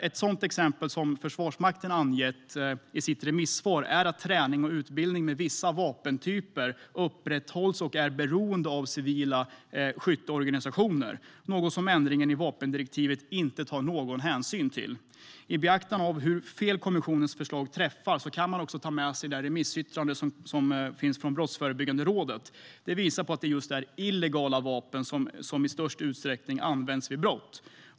Ett exempel som Försvarsmakten har angett i sitt remissvar är att träning och utbildning med vissa vapentyper upprätthålls och är beroende av civila skytteorganisationer. Det är något som ändringarna i vapendirektivet inte tar någon hänsyn till. I beaktande av hur fel kommissionens förslag träffar kan man också ta med sig remissyttrandet från Brottsförebyggande rådet. Det visar att det är just illegala vapen som i störst utsträckning används vid brott.